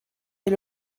est